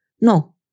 no